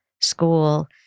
school